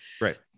Right